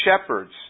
shepherds